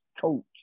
coach